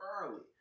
early